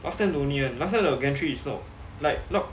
last time no need [one] last time the gantry is lock like lock